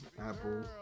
Apple